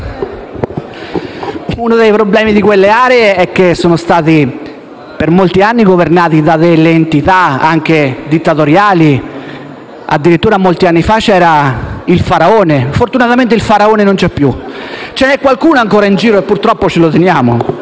Uno dei problemi di quelle aree è che sono state per molti anni governate da entità anche dittatoriali. Addirittura molti anni fa c'era il faraone. Fortunatamente il faraone ora non c'è più. Ce n'è qualcuno ancora in giro e purtroppo ce lo teniamo.